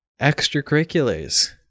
Extracurriculars